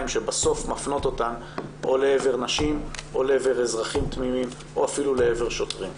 שבסוף מפנות אותם לעבר נשים או לעבר אזרחים תמימים או אפילו לעבר שוטרים.